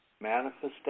manifestation